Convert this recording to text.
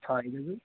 छैन नि